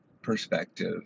perspective